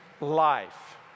life